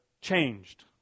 changed